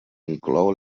inclou